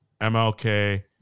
MLK